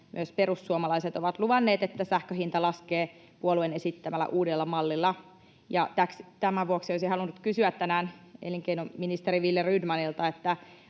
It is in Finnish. Myös perussuomalaiset ovat luvanneet, että sähkön hinta laskee puolueen esittämällä uudella mallilla. Tämän vuoksi olisin halunnut kysyä tänään elinkeinoministeri Wille Rydmanilta,